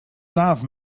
love